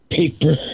paper